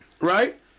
Right